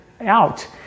out